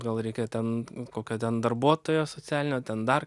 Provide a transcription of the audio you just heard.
gal reikia ten kokio ten darbuotojo socialinio ten dar